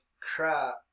crap